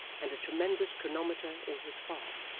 and a tremendous chronometer in his fob,